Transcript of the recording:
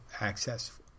access